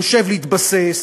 חושב להתבסס,